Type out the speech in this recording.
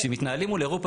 כשמתנהלים מול אירופה,